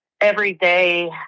everyday